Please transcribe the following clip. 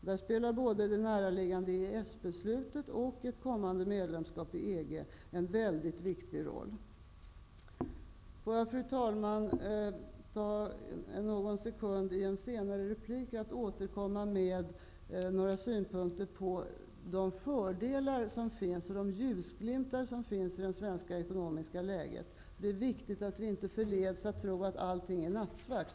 Där spelar både det näraliggande EES-beslutet och ett kommande medlemskap i EG en viktig roll. Fru talman! Jag vill återkomma i en senare replik med några synpunkter på de fördelar som finns och de ljusglimtar som finns i det svenska ekonomiska läget. Det är viktigt att vi inte förleds att tro att allting är nattsvart.